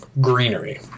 greenery